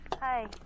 Hi